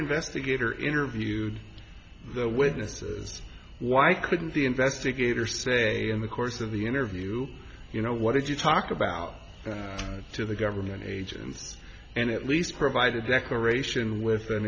investigator interviewed the witnesses why couldn't the investigator say in the course of the interview you know what if you talk about it to the government agents and at least provide a declaration with an